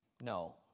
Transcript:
No